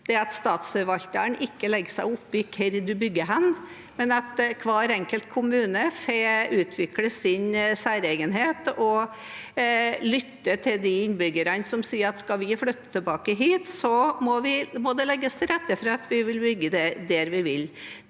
statsforvalteren ikke legger seg opp i hvor en bygger, men at hver enkelt kommune får utvikle sin særegenhet og lytte til dem som sier at skal vi flytte tilbake hit, må det legges til rette for at vi kan bygge der vi vil.